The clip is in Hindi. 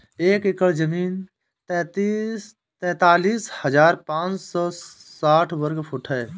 एक एकड़ जमीन तैंतालीस हजार पांच सौ साठ वर्ग फुट है